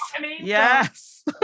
Yes